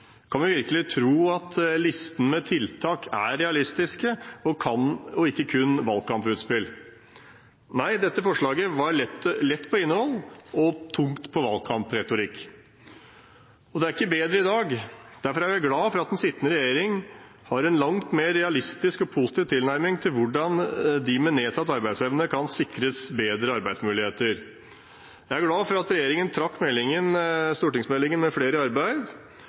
Kan vi virkelig tro at listen med tiltak er realistisk, og ikke kun valgkamputspill? Dette forslaget var lett når det gjaldt innhold, og tungt når det gjaldt valgkampretorikk. Det er ikke bedre i dag. Derfor er jeg glad for at den sittende regjering har en langt mer realistisk og positiv tilnærming til hvordan de med nedsatt arbeidsevne kan sikres bedre arbeidsmuligheter. Jeg er glad for at regjeringen trakk stortingsmeldingen «– Flere i arbeid»,